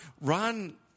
Ron